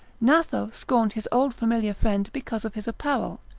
gnatho scorned his old familiar friend because of his apparel,